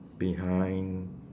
behind